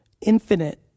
infinite